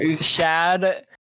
Shad